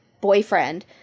boyfriend –